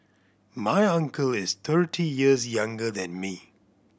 my uncle is thirty years younger than me